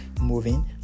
moving